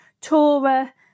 Torah